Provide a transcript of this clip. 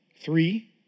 Three